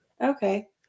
Okay